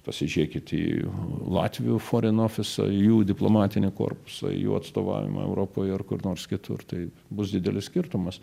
pasižiūrėkit į latvių forenofisa jų diplomatinį korpusą jų atstovavimą europoj ar kur nors kitur tai bus didelis skirtumas